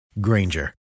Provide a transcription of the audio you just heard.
Granger